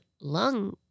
lung